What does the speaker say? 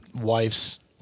wife's